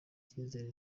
icyizere